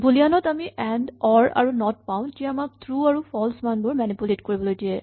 Boolean ত আমি and or আৰু নট পাওঁ যি আমাক ট্ৰো আৰু ফল্চ মানবোৰ মেনিপুলেট কৰিবলৈ দিয়ে